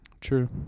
True